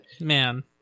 Man